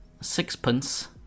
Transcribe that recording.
sixpence